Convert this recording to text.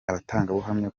abatangabuhamya